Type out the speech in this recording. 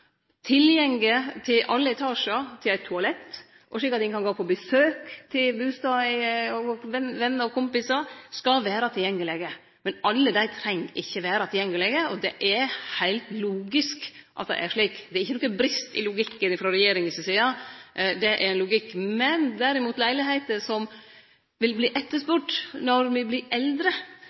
tilgjenge til alle etasjar, til eit toalett og slik at ein kan gå på besøk til vener og kompisar, men alle bustadene treng ikkje vere tilgjengelege. Det er heilt logisk at det er slik, det er ikkje nokon brest i logikken frå regjeringa si side. Det er logikk. Når me vert eldre, derimot, når me får meir problem med å vere heilt funksjonsfriske, vil